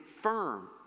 firm